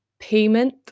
payment